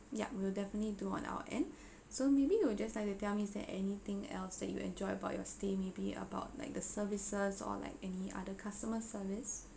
yup we'll definitely do on our end so maybe you will just like to tell me is there anything else that you enjoyed about your stay maybe about like the services or like any other customer service